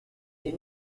des